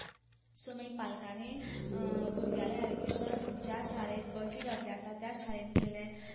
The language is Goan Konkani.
सो मागीर पालकांनीं भुरग्यांलें एडमिशन ज्या शाळेंत बसी घातले आसा त्या शाळेंत केलें